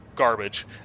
garbage